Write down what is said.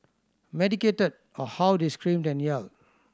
medicated or how they screamed and yelled